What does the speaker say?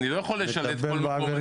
אני לא יכול לשלט כל מקום.